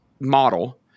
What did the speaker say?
model